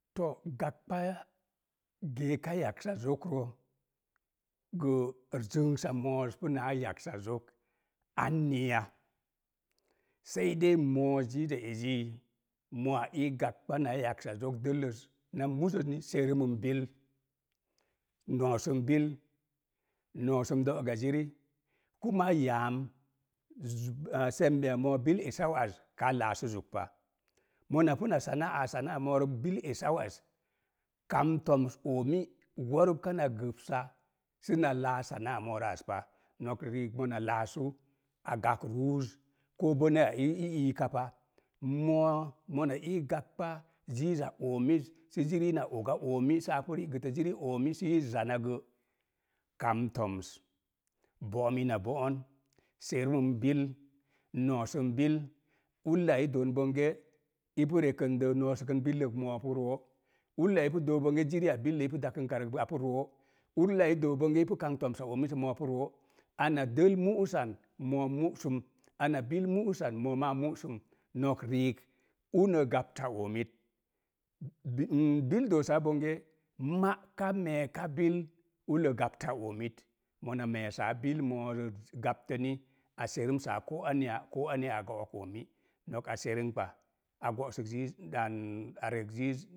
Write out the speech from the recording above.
To’ gagba, geeka yaksa zokrə, gəə zənsa moos punaa yaksa zok anniya, sei dei moo ziiza eji, moo ii gagba naa yaksa zok dəlləz na muzə ni serəməm bil, noosəm bil, noosəm do'ga ziri, yaam moo bil esau az, kaa laasu zuk pa. Mona pu na, moorə bil esau az kam toms oomi, woorəb kana gəbsa səna laas morə azpa. Nok riik mona laasu, a gabk ruuz, ko boneya i ii ka pa. Moo, mona ii gagba ziiza oomiz sə jiru na oga oomio saa pu ri'gətə ziri oomi sii zana gə, kam toms, bo'om ina bo'on, serəm məm bil, noo səm bil ulla i doon bonge, i pu rekəndə noosəkən billək, moo pu roo, ullaa ipu dook bonge jiri ya billəi i pu dakənka rə, apu roo, ulla i doo bonge ipu kamb tomsa oomissə, a pu roo. Ana dəl mu'ussan, moo mu'sum, ana bil mu'ussan moomaa mu'suun. Nok nik, unə gapta oomit bil doosa bonge, ma'ka meeka bil ullə gapta oomit. Mona meesa bil morə gaptə ni, a serəm saa koo aneya, koo aneya a go'ok oomi. Nok a serəmgɓa a go'səl ziiz am